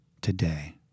today